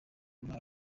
mwanya